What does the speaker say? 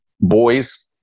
boys